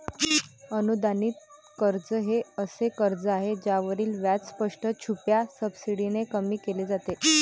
अनुदानित कर्ज हे असे कर्ज आहे ज्यावरील व्याज स्पष्ट, छुप्या सबसिडीने कमी केले जाते